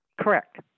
Correct